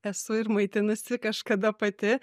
esu ir maitinusi kažkada pati